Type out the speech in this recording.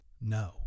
No